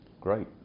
Great